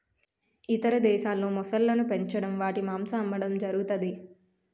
ఇతర దేశాల్లో మొసళ్ళను పెంచడం వాటి మాంసం అమ్మడం జరుగుతది